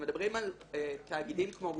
מדברים על תאגידים כמו וולמרק,